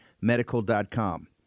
Medical.com